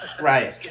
Right